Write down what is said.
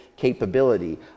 capability